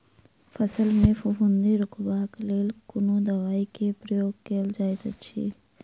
फसल मे फफूंदी रुकबाक लेल कुन दवाई केँ प्रयोग कैल जाइत अछि?